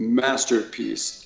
masterpiece